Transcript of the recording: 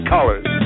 Colors